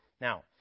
Now